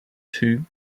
two